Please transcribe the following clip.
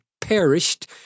perished